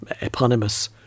eponymous